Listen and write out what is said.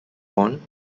horn